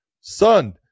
Son